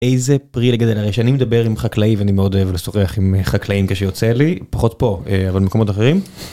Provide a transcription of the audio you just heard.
איזה פרי לגדל... רגע שאני מדבר עם חקלאים ואני מאוד אוהב לשוחח עם חקלאים כשיוצא לי פחות פה אבל מקומות אחרים.